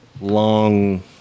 long